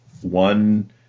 One